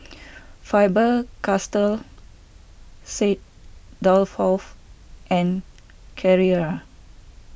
Faber Castell Saint Dalfour and Carrera